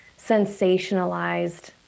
sensationalized